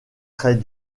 très